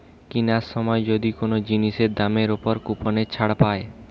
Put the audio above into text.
কিনার সময় যদি কোন জিনিসের দামের উপর কুপনের ছাড় পায়